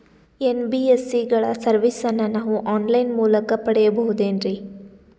NBSC ಗಳ ಸರ್ವಿಸನ್ನ ನಾವು ಆನ್ ಲೈನ್ ಮೂಲಕ ಪಡೆಯಬಹುದೇನ್ರಿ?